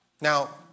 Now